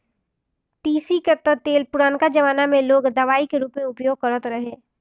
तीसी कअ तेल पुरनका जमाना में लोग दवाई के रूप में उपयोग करत रहे